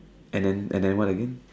and then and then what again